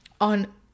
on